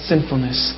Sinfulness